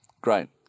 Great